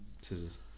scissors